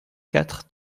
quatre